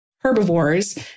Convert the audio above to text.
herbivores